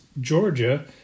Georgia